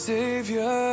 Savior